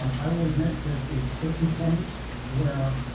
um i will admit there's a certain point where